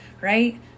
right